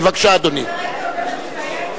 5080, 5083,